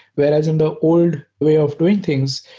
whereas in the old way of doing things,